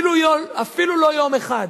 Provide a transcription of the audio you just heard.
אפילו לא יום אחד.